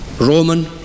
Roman